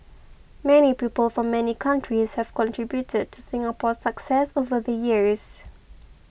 many people from many countries have contributed to Singapore's success over the years